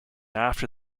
after